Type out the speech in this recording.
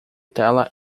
tela